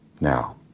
now